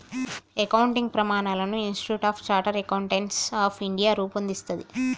accounting ప్రమాణాలను Institute of Chartered Accountants of India రూపొందిస్తది